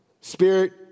Spirit